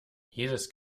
jedes